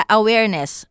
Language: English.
awareness